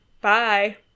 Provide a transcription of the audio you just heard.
Bye